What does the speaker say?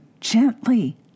gently